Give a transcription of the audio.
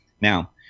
Now